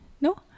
No